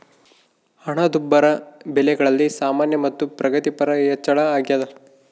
ಹಣದುಬ್ಬರ ಬೆಲೆಗಳಲ್ಲಿ ಸಾಮಾನ್ಯ ಮತ್ತು ಪ್ರಗತಿಪರ ಹೆಚ್ಚಳ ಅಗ್ಯಾದ